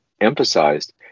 emphasized